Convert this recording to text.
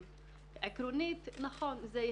עקרונית, נכון, זה יהיה,